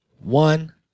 one